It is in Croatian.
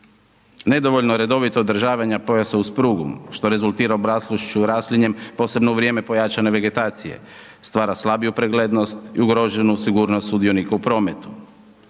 nedovoljno redovito održavanja, pojasa uz prugu, što rezultira obraslošću raslinjem, posebno u vrijeme pojačane vegetacije, stvara slabiju preglednost i ugroženu sigurnost sudionika u prometu.